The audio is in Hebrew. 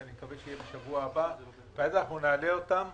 אני מקווה שיבואו בשבוע הבא ואז נעלה אותם.